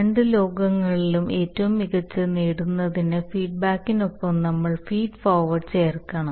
രണ്ട് ലോകങ്ങളിലും ഏറ്റവും മികച്ചത് നേടുന്നതിന് ഫീഡ്ബാക്കിനൊപ്പം നമ്മൾ ഫീഡ് ഫോർവേഡ് ചേർക്കണം